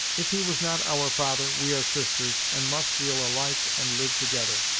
if he was not our father, we are sisters, and must feel alike and live together.